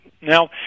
Now